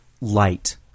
light